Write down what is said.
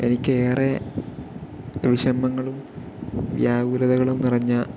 എനിക്കേറെ വിഷമങ്ങളും വ്യാകുലതകളും നിറഞ്ഞ